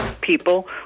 people